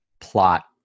plot